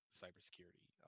cybersecurity